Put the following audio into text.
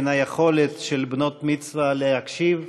מהיכולת של בנות-מצווה להקשיב.